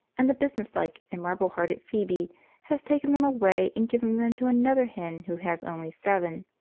and the business-like and marble-hearted phoebe has taken them away and given them to another hen who has only seven.